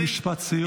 משפט סיום.